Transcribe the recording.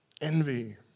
Envy